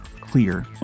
clear